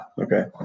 Okay